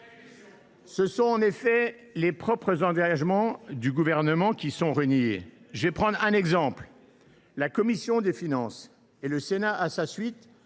Ce sont les propres engagements du Gouvernement qui sont reniés. Je prends un exemple : la commission des finances, et le Sénat à sa suite,